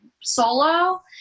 solo